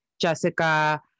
Jessica